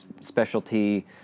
specialty